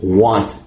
want